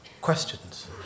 Questions